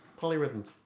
Polyrhythms